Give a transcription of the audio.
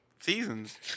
Seasons